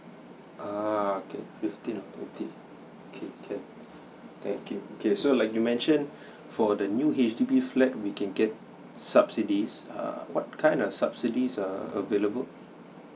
uh okay fifteen to twenty okay can thank you okay so like you mentioned for the new H_D_B flat we can get subsidies err what kind of subsidies are available